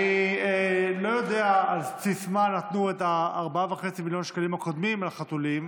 אני לא יודע על בסיס מה נתנו את ה-4.5 מיליון שקלים הקודמים לחתולים,